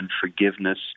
forgiveness